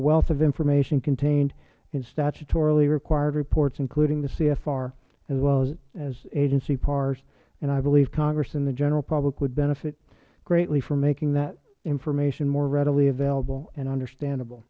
wealth of information contained in statutorily required reports including the cfr as well as agency pars and i believe congress and the general public would benefit greatly from making that information more readily available and understandable